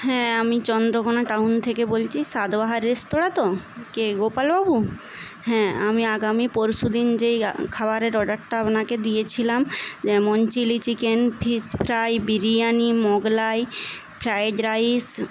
হ্যাঁ আমি চন্দ্রকোণা টাউন থেকে বলছি স্বাদ ও আহার রেস্তরা তো কে গোপালবাবু হ্যাঁ আমি আগামী পরশু দিন যে খাবারের অর্ডারটা আপনাকে দিয়েছিলাম যেমন chilli chicken fish fry biryani Mughlai fried rice